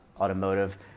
Automotive